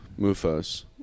Mufos